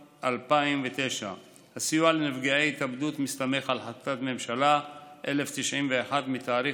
בנובמבר 2009. הסיוע לנפגעי התאבדות מסתמך על חקיקת ממשלה 1091 מתאריך